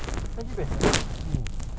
tak lah insyaallah